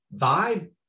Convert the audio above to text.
vibe